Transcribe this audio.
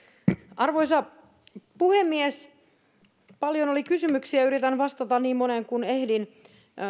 arvoisa puhemies paljon oli kysymyksiä yritän vastata niin moneen kuin ehdin